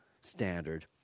standard